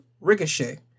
Ricochet